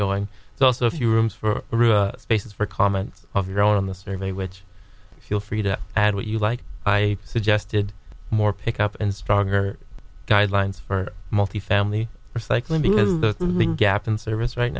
going it's also a few rooms for spaces for comments of your own on the survey which feel free to add what you like i suggested more pickup and stronger guidelines for multifamily recycling bin with the gap in service right